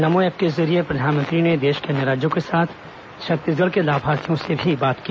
नमो app के जरिये प्रधानमंत्री ने देश के अन्य राज्यों के साथ छत्तीसगढ़ के लाभार्थियों से भी बात की